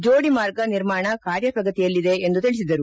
ಜೋಡಿ ಮಾರ್ಗ ನಿರ್ಮಾಣ ಕಾರ್ಯ ಪ್ರಗತಿಯಲ್ಲಿದೆ ಎಂದು ತಿಳಿಸಿದರು